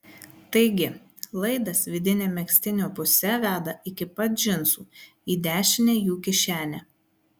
taigi laidas vidine megztinio puse veda iki pat džinsų į dešinę jų kišenę